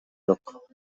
жок